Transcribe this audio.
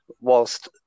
whilst